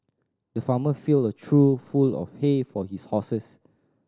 the farmer filled a trough full of hay for his horses